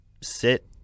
sit